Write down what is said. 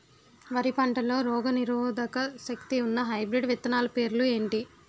వరి పంటలో రోగనిరోదక శక్తి ఉన్న హైబ్రిడ్ విత్తనాలు పేర్లు ఏంటి?